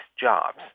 jobs